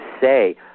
say